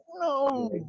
no